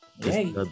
Hey